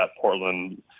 portland